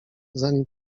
zanim